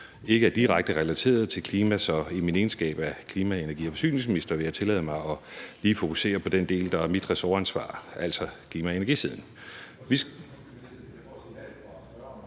ikke er direkte relateret til klimaet, så i min egenskab af klima-, energi- og forsyningsminister vil jeg tillade mig lige at fokusere på den del, der er mit ressortansvar, altså klima- og energisiden. Vi skal